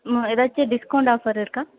ம் ஏதாச்சும் discount offer இருக்கா